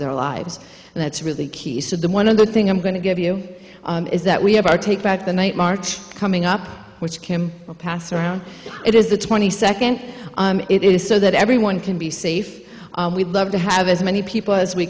their lives and that's really key so the one of the thing i'm going to give you is that we have our take back the night march coming up which kim passed around it is the twenty second it is so that everyone can be safe we'd love to have as many people as we